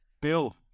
Bill